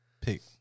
pick